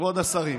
כבוד השרים,